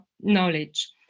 knowledge